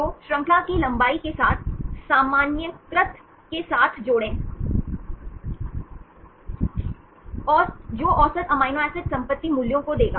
तो श्रृंखला की लंबाई के साथ सामान्यीकृत एक साथ जोड़ें जो औसत एमिनो एसिड संपत्ति मूल्यों को देगा